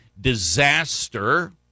disaster